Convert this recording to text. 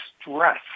stress